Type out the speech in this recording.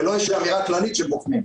ולא איזושהי אמירה כללית שבוחנים.